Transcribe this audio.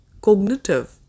cognitive